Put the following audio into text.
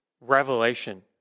revelation